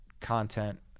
content